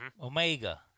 Omega